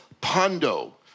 Pondo